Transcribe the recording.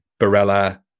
Barella